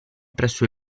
presso